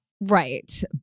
Right